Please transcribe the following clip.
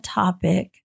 topic